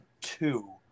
two